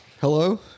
Hello